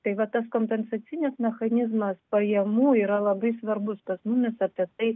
tai va tas kompensacinis mechanizmas pajamų yra labai svarbus pas mumis apie tai